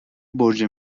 برج